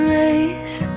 race